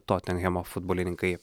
totenhemo futbolininkai